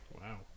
Wow